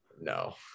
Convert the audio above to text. No